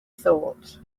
thought